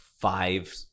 five